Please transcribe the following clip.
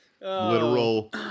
Literal